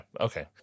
okay